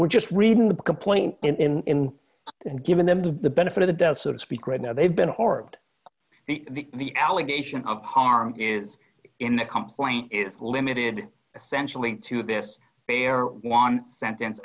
we're just reading the complaint in and giving them the benefit of the deaths of speak right now they've been hard the the allegation of harm is in the complaint is limited essentially to this fair one sentence